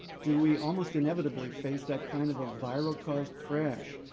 do we almost inevitably face that kind of a viral-caused crash?